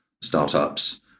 startups